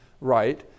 right